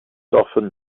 often